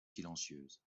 silencieuses